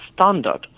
standard